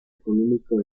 económico